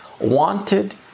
wanted